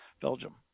Belgium